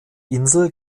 insel